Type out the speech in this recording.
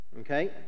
okay